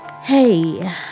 Hey